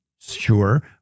sure